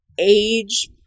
age